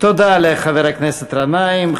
תודה לחבר הכנסת גנאים.